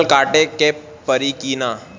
फसल काटे के परी कि न?